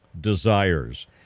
desires